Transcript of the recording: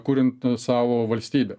kuriant savo valstybę